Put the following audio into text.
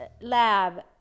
lab